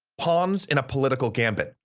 pawns in a political gambit,